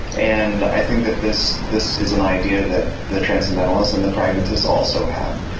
and i think that this this is an idea that the transcendentalists and the pragmatists also have.